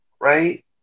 Right